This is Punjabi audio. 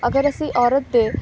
ਅਗਰ ਅਸੀਂ ਔਰਤ ਦੇ